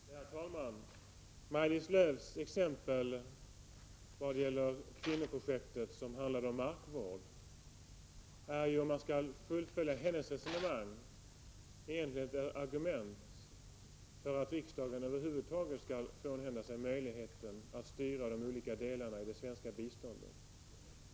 Herr talman! Maj-Lis Lööws exempel med det kvinnoprojekt som handlar om markvård är, om man skall fullfölja hennes resonemang, egentligen ett argument för att riksdagen över huvud taget skall frånhända sig möjligheten att styra de olika delarna av det svenska biståndet.